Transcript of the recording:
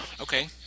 Okay